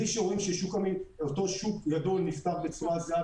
בלי שרואים שאותו שוק גדול נפתח בצורה זהה,